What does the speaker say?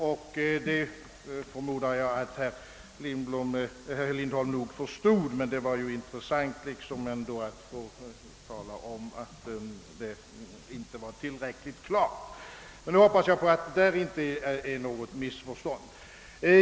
Jag förmodar, att herr Lindholm förstod det, men det var väl intressant att få tala om att jag inte uttryckte mig tillräckligt klart. Jag hoppas, att det nu inte föreligger något missförstånd på den punkten.